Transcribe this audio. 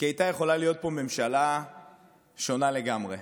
כי הייתה יכולה להיות פה ממשלה שונה לגמרי,